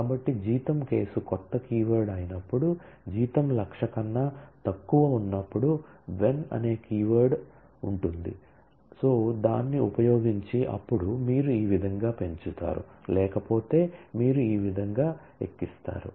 కాబట్టి జీతం కేసు క్రొత్త కీవర్డ్ అయినప్పుడు జీతం 100000 కన్నా తక్కువ ఉన్నప్పుడు వెన్ అనేది కీవర్డ్ అని మీరు అంటున్నారు అప్పుడు మీరు ఈ విధంగా పెంచుతారు లేకపోతే మీరు ఈ విధంగా ఎక్కిస్తారు